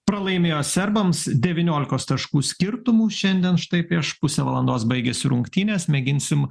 pralaimėjo serbams devyniolikos taškų skirtumu šiandien štai prieš pusę valandos baigėsi rungtynės mėginsim